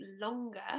longer